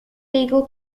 legal